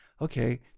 okay